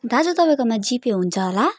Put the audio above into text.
दाजु तपाईँकोमा G Pay हुन्छ होला